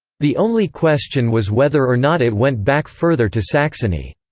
the only question was whether or not it went back further to saxony.